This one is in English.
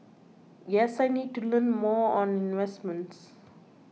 guess I need to learn more on investments